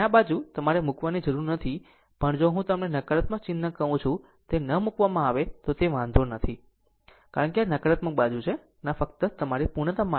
આમ આ બાજુ તમારે મૂકવાની જરૂર નથી પણ જો હું તમને નકારાત્મક ચિહ્ન કહું છું તે ન મૂકવામાં આવે તો તે વાંધો નથી કારણ કે આ નકારાત્મક બાજુ છે પરંતુ ફક્ત તમારી પૂર્ણતા માટે